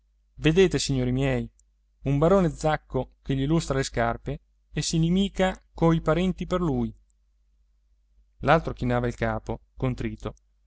vedete signori miei un barone zacco che gli lustra le scarpe e s'inimica coi parenti per lui l'altro chinava il capo contrito